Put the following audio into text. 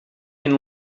can